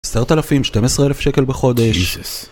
סתר תלפים 12 אלף שקל בחודש